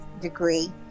degree